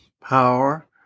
power